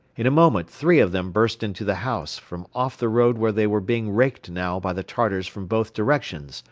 in a moment three of them burst into the house, from off the road where they were being raked now by the tartars from both directions,